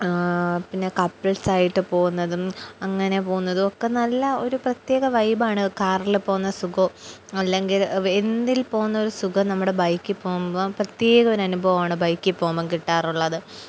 പിന്നെ കപ്പിൾസായിട്ട് പോകുന്നതും അങ്ങനെ പോകുന്നതും ഒക്കെ നല്ല ഒരു പ്രത്യേക വൈബാണ് കാറില് പോകുന്ന സുഖം അല്ലെങ്കിൽ എന്തിൽ പോകുന്നരു സുഖം നമ്മുടെ ബൈക്ക്ിൽ പോകുമ്പോം പ്രത്യേക ഒരു അനുഭവാണ് ബൈക്കി പോകുമ്പം കിട്ടാറുള്ളത്